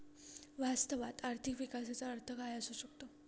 वास्तवात आर्थिक विकासाचा अर्थ काय असू शकतो?